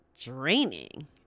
draining